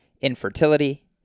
infertility